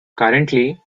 currently